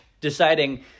deciding